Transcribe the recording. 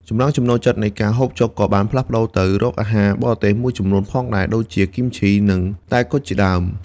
ចំណង់ចំណូលចិត្តនៃការហូបចុកក៏បានផ្លាស់ប្តូរទៅរកអាហារបរទេសមួយចំនួនផងដែរដូចជា គីមឈី និងតែគុជជាដើម។